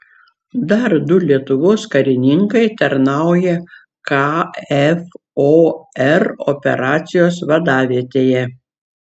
dar du lietuvos karininkai tarnauja kfor operacijos vadavietėje